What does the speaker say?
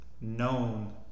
known